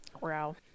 Wow